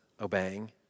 obeying